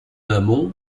amont